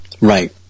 Right